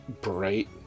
bright